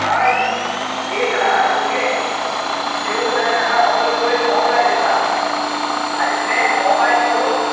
आयज एक ल्हान भुरगें जेवना जाल्यार ताका आवय बापूय मोबायल दितात आनी ते मोबायल पळोवन